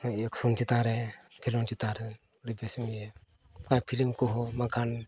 action ᱪᱮᱛᱟᱱ ᱨᱮ ᱠᱷᱮᱞᱳᱰ ᱪᱮᱛᱟᱱ ᱨᱮ ᱟᱹᱰᱤ ᱵᱮᱥ ᱮᱢ ᱤᱟᱹᱭᱟ ᱟᱨ ᱯᱷᱤᱞᱤᱢ ᱠᱚ ᱦᱚᱸ ᱵᱟᱝᱠᱷᱟᱱ